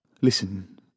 Listen